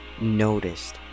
noticed